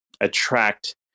attract